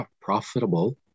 profitable